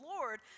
Lord